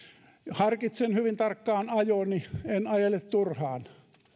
harkitsen hyvin tarkkaan ajoni en ajele turhaan